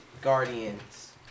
guardians